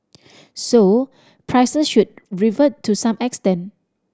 so prices should revert to some extent